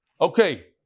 Okay